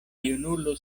junulo